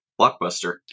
blockbuster